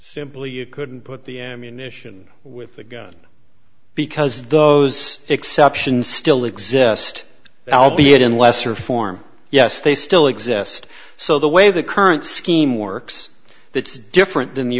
simply you couldn't put the ammunition with the gun because those exceptions still exist albion in lesser form yes they still exist so the way the current scheme works that's different than the